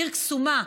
עיר קסומה,